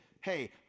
hey